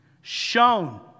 Shown